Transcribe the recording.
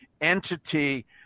entity